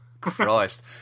Christ